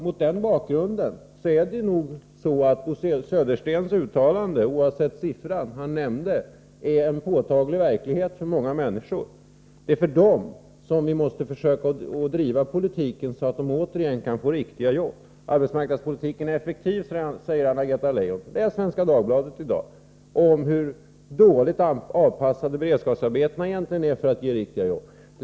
Mot den bakgrunden är det nog så att Bo Söderstens uttalande — oavsett den siffra han nämnde — motsvarar en påtaglig verklighet för många människor. Det är för dem vi måste driva politiken, så att de återigen kan få riktiga jobb. Arbetsmarknadspolitiken är effektiv, säger Anna-Greta Leijon. Läs Svenska Dagbladet i dag om hur illa avpassade beredskapsarbetena egentligen är för att ge riktiga jobb!